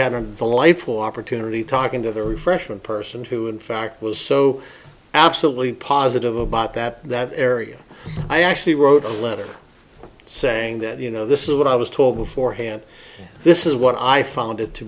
opportunity talking to the refreshment person who in fact was so absolutely positive about that that area i actually wrote a letter saying that you know this is what i was told beforehand this is what i found it to